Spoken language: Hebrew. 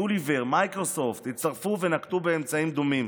"גוליבר" ומיקרוסופט הצטרפו ונקטו אמצעים דומים.